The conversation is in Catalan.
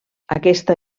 aquesta